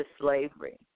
slavery